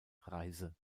reise